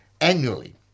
annually